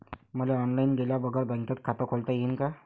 मले ऑनलाईन गेल्या बगर बँकेत खात खोलता येईन का?